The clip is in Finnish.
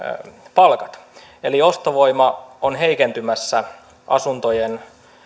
palkat eli ostovoima on heikentymässä asuntojen